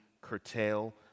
curtail